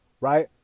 right